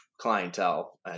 clientele